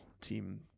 team